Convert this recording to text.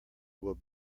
will